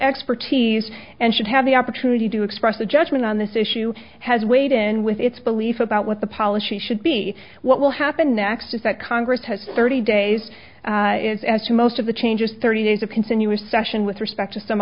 expertise and should have the opportunity to express a judgment on this issue has weighed in with its belief about what the policy should be what will happen next is that congress has thirty days as do most of the changes thirty days of continuous session with respect to some